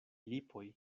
lipoj